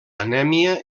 anèmia